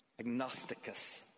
agnosticus